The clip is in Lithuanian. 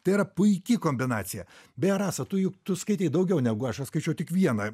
tai yra puiki kombinacija beje rasa tu juk tu skaitei daugiau negu aš aš skaičiau tik vieną